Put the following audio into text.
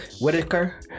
Whitaker